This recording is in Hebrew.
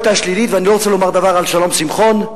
ואני לא רוצה לומר דבר על שלום שמחון,